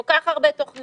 כל כך הרבה תוכניות,